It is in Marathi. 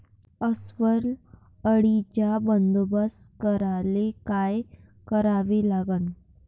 अस्वल अळीचा बंदोबस्त करायले काय करावे लागन?